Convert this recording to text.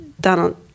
Donald